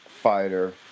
fighter